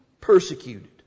persecuted